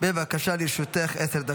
--- חוץ וביטחון.